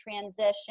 transition